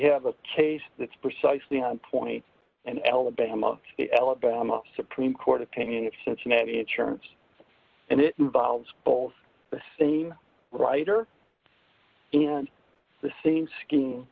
have a case that's precisely on point and alabama alabama supreme court opinion of cincinnati insurance and it involves both the same right or in the same s